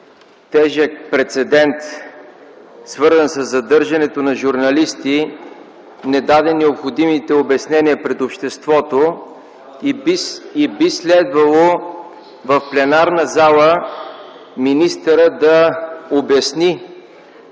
тежък прецедент, свързан със задържането на журналисти, не даде необходимите обяснения пред обществото и би следвало в пленарната зала министърът да обясни: